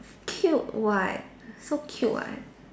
cute [what] so cute [what]